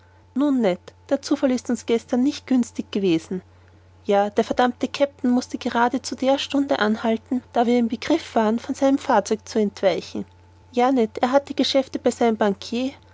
der zufall ist gestern uns nicht günstig gewesen ja der verdammte kapitän mußte gerade zu der stunde anhalten da wir im begriff waren von seinem fahrzeug zu entweichen ja ned er hatte geschäfte bei seinem bankier